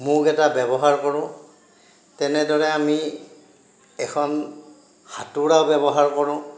mug এটা ব্যৱহাৰ কৰোঁ তেনেদৰে আমি এখন হাতোঁৰাও ব্যৱহাৰ কৰোঁ